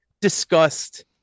discussed